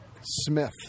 Smith